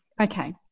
Okay